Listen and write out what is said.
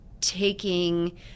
taking